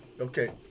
Okay